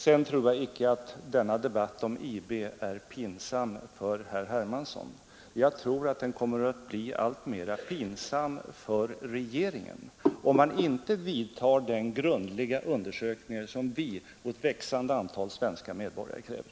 Jag tror inte att denna debatt är pinsam för herr Hermansson, men den kommer att bli alltmer pinsam för regeringen, om man inte företar den grundliga undersökning av IB-affären som vi och ett växande antal svenska medborgare kräver.